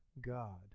God